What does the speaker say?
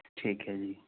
ਠੀਕ ਐ ਜੀ